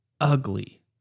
ugly